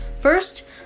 First